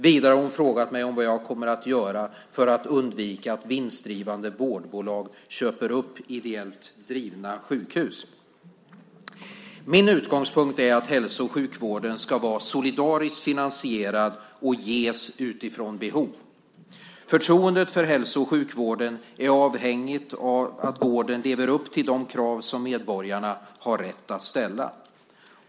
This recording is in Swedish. Vidare har hon frågat mig vad jag kommer att göra för att undvika att vinstdrivande vårdbolag köper upp ideellt drivna sjukhus. Min utgångspunkt är att hälso och sjukvården ska vara solidariskt finansierad och ges utifrån behov. Förtroendet för hälso och sjukvården är avhängigt av att vården lever upp till de krav som medborgarna har rätt att ställa.